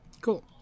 cool